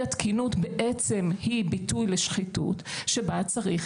אי התקינות היא בעצם ביטוי לשחיתות, שבה צריך